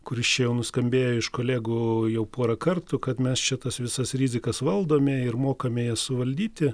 kuris čia jau nuskambėjo iš kolegų jau porą kartų kad mes čia tas visas rizikas valdome ir mokame jas suvaldyti